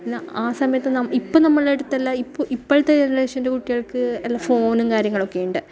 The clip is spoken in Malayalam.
അല്ല ആ സമയത്ത് ഇപ്പം നമ്മളെ അടുത്തെല്ലാം ഇപ്പോഴത്തെ ജനറേഷന്റെ കുട്ടികള്ക്ക് എല്ലാ ഫോണും കാര്യങ്ങളും ഒക്കെ ഉണ്ട്